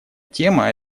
тема